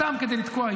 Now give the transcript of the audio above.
סתם כדי לתקוע,